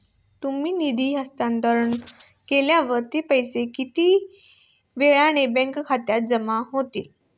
तुम्ही निधी हस्तांतरण केल्यावर ते पैसे किती वेळाने बँक खात्यात जमा होतील?